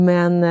Men